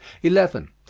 eleven.